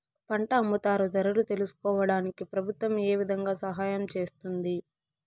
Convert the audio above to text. పంట అమ్ముతారు ధరలు తెలుసుకోవడానికి ప్రభుత్వం ఏ విధంగా సహాయం చేస్తుంది?